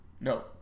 No